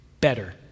better